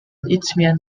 isthmian